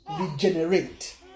regenerate